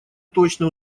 точно